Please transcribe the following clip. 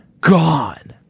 gone